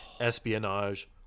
espionage